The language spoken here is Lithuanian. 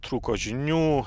trūko žinių